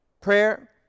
prayer